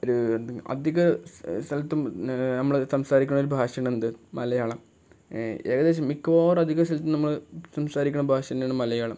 ഒരു അധിക സ്ഥലത്തും നമ്മൾ സംസാരിക്കുന്ന ഒരു ഭാഷയാണ് എന്ത് മലയാളം ഏകദേശം മിക്കവാറും അധിക സ്ഥലത്തും നമ്മൾ സംസാരിക്കുന്ന ഭാഷ തന്നെയാണ് മലയാളം